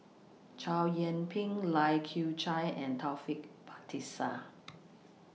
Chow Yian Ping Lai Kew Chai and Taufik Batisah